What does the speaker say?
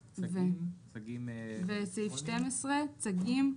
ובסעיף (12) "צגים,